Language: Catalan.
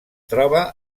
troba